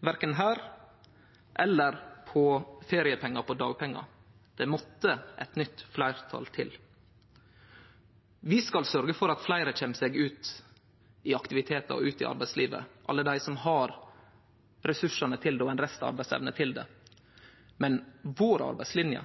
verken her eller når det gjeld feriepengar på dagpengar. Det måtte eit nytt fleirtal til. Vi skal sørgje for at fleire kjem seg ut i aktivitetar og ut i arbeidslivet – alle dei som har ressursar og restarbeidsevne til det. Men vår arbeidslinje